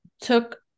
took